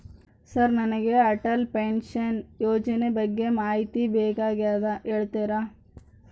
Sir ನನಗೆ Atal pension ಯೋಜನೆ ಬಗ್ಗೆ ಮಾಹಿತಿ ಬೇಕಾಗ್ಯದ ಹೇಳ್ತೇರಾ?